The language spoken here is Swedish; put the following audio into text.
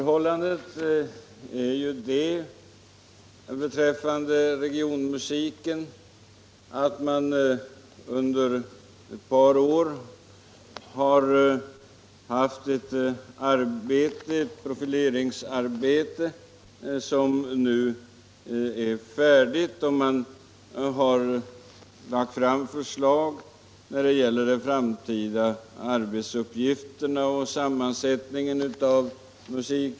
Herr talman! Inom regionmusiken har under ett par år pågått ett profileringsarbete. Första fasen av detta arbete är nu avslutad, och man har lagt fram förslag rörande musikensemblers framtida uppgifter och sammansättning.